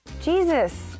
Jesus